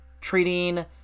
treating